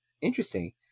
Interesting